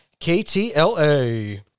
KTLA